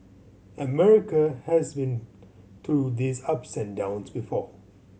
America has been through these ups and downs before